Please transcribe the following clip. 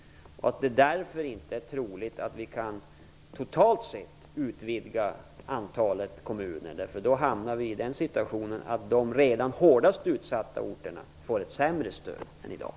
Det är därför inte troligt att vi totalt sett kan utvidga antalet stödkommuner. Då hamnar vi i den situationen att de redan hårdast utsatta orterna får ett sämre stöd än i dag.